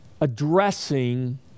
addressing